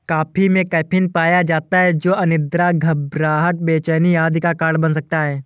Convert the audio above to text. coffee में caffeine पाया जाता है जो अनिद्रा, घबराहट, बेचैनी आदि का कारण बन सकता है